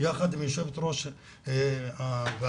ביחד עם יושבת-ראש הוועדה,